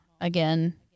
again